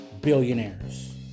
billionaires